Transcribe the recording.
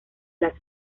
las